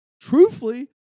truthfully